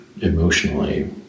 emotionally